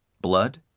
Blood